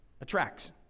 Attracts